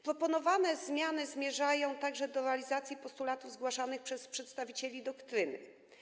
Proponowane zmiany zmierzają także do realizacji postulatów zgłaszanych przez przedstawicieli doktryny.